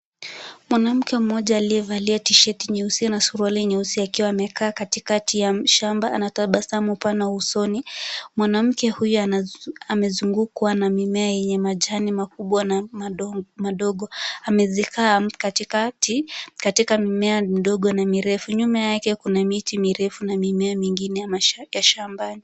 Mwanamke moja aliyevalia tishati nyeusi na suruali nyeusi akiwa amekaa katikati ya shamba anatabasamu upana wa usoni. Mwanamke huyu amezungukwa na mimea yenye majani makubwa na madogo. Amekaa katikati katika mimea midogo na mirefu. Nyuma yake kuna miti mirefu na mimea mingine ya maisha yake ya shambani.